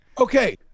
okay